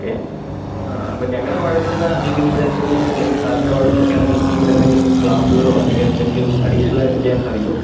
okay അപ്പം ഞങ്ങളുടെ ഭാഗത്ത് നിന്ന് അല്ലെങ്കിൽ ഇവിടെ എന്തെങ്കിലും അല്ലെങ്കിൽ സാറിൻ്റെ ഭാഗത്ത് നിന്നൊക്കെയാണെങ്കിലും നമുക്ക് ഇവിടെ എന്തെങ്കിലും ക്ലാസുകളോ അല്ലെങ്കിൽ എന്തെങ്കിലും അഡീഷണൽ ആയിട്ട് ചെയ്യാൻ സാധിക്കുമോ